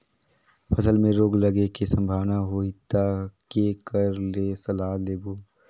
फसल मे रोग लगे के संभावना होही ता के कर ले सलाह लेबो?